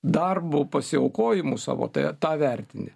darbu pasiaukojimu savo tai tą vertini